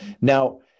Now